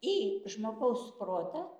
į žmogaus protą